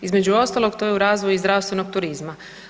Između ostalog to je u razvoj i zdravstvenog turizma.